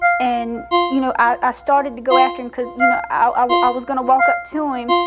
and you know, i i started to go after him, because, you know, i was gonna walk up to him.